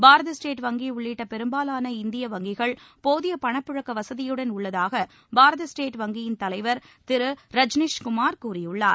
பாரத state வங்கி உள்ளிட்ட பெரும்பாலான இந்திய வங்கிகள் போதிய பணப்புழக்க வசதியுடன் உள்ளதாக பாரத ஸ்டேட் வங்கியின் தலைவர் திரு ரஜ்னிஷ் குமார் கூறியுள்ளார்